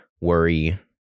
worry